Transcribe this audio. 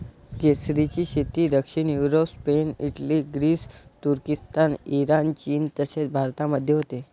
केसरची शेती दक्षिण युरोप, स्पेन, इटली, ग्रीस, तुर्किस्तान, इराण, चीन तसेच भारतामध्ये होते